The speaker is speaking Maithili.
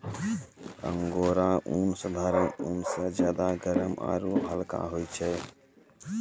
अंगोरा ऊन साधारण ऊन स ज्यादा गर्म आरू हल्का होय छै